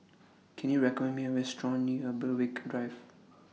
Can YOU recommend Me A Restaurant near Berwick Drive